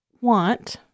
want